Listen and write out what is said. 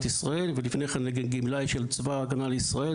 ישראל ולפני כן גמלאי של צבא הגנה לישראל,